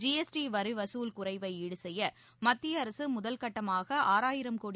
G S T வரி வசூல் குறைவை ஈடு செய்ய மத்திய அரசு முதல்கட்டமாக ஆறாயிரம் கோடி